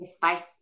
Bye